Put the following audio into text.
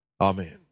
Amen